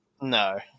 No